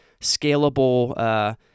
scalable